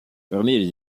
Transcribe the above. parmi